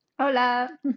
Hola